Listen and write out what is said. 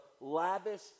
lavish